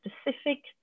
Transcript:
specific